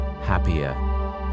happier